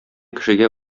кешегә